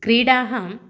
क्रीडाः